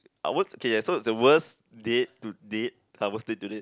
I won't okay so it's the worst date to date ya worst date to date